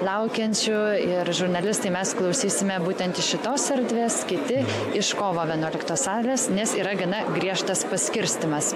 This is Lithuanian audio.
laukiančių ir žurnalistai mes klausysime būtent iš šitos erdvės kiti iš kovo vienuoliktos salės nes yra gana griežtas paskirstymas